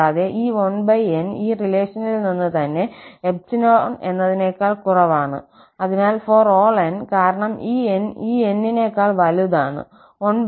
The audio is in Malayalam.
കൂടാതെ ഈ 1n ഈ റിലേഷനിൽ നിന്ന് തന്നെ 𝜖 എന്നതിനേക്കാൾ കുറവാണ് അതിനാൽ ∀n കാരണം ഈ 𝑁 ഈ N നേക്കാൾ വലുതാണ് 1∈